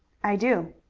i do.